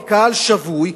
כקהל שבוי,